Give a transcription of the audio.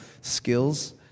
skills